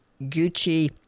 gucci